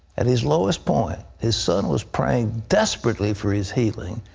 at his lowest point, his son was praying desperately for his healing,